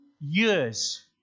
years